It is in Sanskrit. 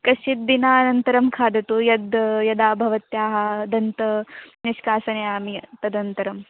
कश्चिद्दिनानन्तरं खादतु यद् यदा भवत्याः दन्तनिष्कासयामि तदनन्तरम्